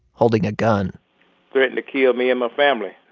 holding a gun threatened kill me and my family.